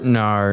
no